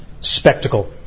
spectacle